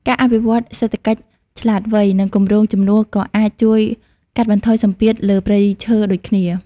ការអភិវឌ្ឍសេដ្ឋកិច្ចឆ្លាតវៃ និងគម្រោងជំនួសក៏អាចជួយកាត់បន្ថយសម្ពាធលើព្រៃឈើដូចគ្នា។